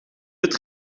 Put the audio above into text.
het